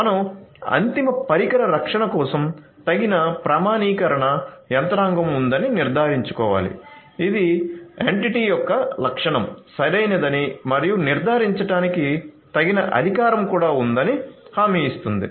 మనం అంతిమ పరికర రక్షణ కోసం తగిన ప్రామాణీకరణ యంత్రాంగం ఉందని నిర్ధారించుకోవాలి ఇది ఎంటిటీ యొక్క లక్షణం సరైనదని మరియు నిర్ధారించడానికి తగిన అధికారం కూడా ఉందని హామీ ఇస్తుంది